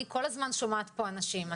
אני כל הזמן שומעת פה אנשים.